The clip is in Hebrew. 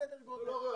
סדר גודל.